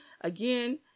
again